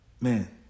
Man